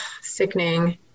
sickening